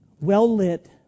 well-lit